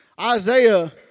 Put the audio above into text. Isaiah